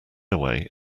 away